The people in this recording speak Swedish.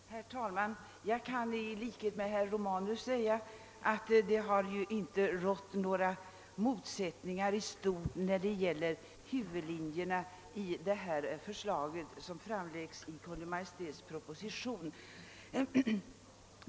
Herr talman! Jag kan i likhet med herr Romanus säga att det inte rått några motsättningar i stort när det gäller huvudlinjerna i förslaget i Kungl. Maj:ts proposition.